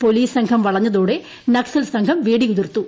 police സംഘം വളഞ്ഞതോടെ നക്സൽ സംഘം വെടിയുതിർത്തു